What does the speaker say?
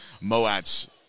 Moat's